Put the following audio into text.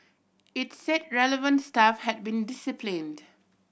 it said relevant staff had been disciplined